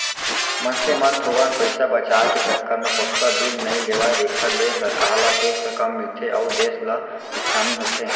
मनसे मन थोकन पइसा बचाय के चक्कर म पक्का बिल नइ लेवय जेखर ले सरकार ल टेक्स कम मिलथे अउ देस ल नुकसानी होथे